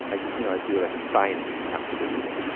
i you know, i do, like, a signing after the reading.